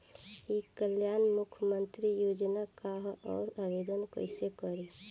ई कल्याण मुख्यमंत्री योजना का है और आवेदन कईसे करी?